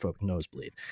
nosebleed